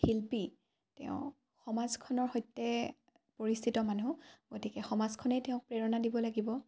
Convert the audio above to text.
শিল্পী তেওঁ সমাজখনৰ সৈতে পৰিচিত মানুহ গতিকে সমাজখনেই তেওঁক প্ৰেৰণা দিব লাগিব